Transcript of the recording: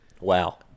Wow